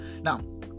Now